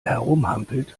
herumhampelt